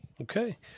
Okay